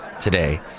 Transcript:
today